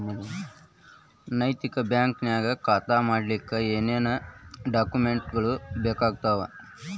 ನೈತಿಕ ಬ್ಯಾಂಕ ನ್ಯಾಗ್ ಖಾತಾ ಮಾಡ್ಲಿಕ್ಕೆ ಏನೇನ್ ಡಾಕುಮೆನ್ಟ್ ಗಳು ಬೇಕಾಗ್ತಾವ?